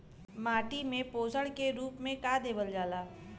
माटी में पोषण के रूप में का देवल जाला?